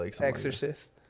Exorcist